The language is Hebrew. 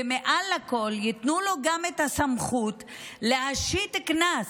ומעל הכול ייתנו לו גם את הסמכות להשית קנס,